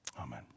Amen